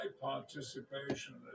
participation